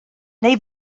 neu